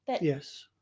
Yes